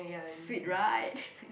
sweet right